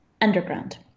Underground